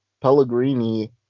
Pellegrini